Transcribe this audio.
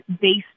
based